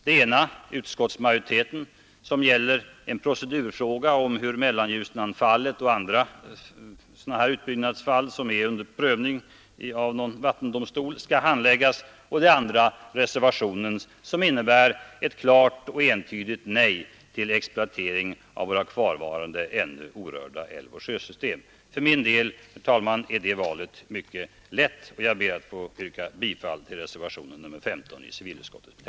Det ena är utskottsmajoritetens förslag, som gäller en procedurfråga om hur Mellanljusnanfallet och andra sådana här utbyggnadsfall, som är under prövning av någon vattendomstol, skall handläggas, och det andra är reservationen, som innebär ett klart och entydigt nej till exploatering av våra kvarvarande ännu orörda älvoch sjösystem. För min del, herr talman, är det valet mycket lätt, och jag ber att få yrka bifall till